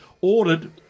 ordered